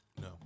No